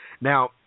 Now